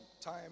time